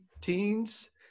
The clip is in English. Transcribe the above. teens